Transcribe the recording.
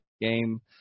game